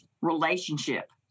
relationship